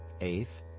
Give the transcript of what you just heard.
Eighth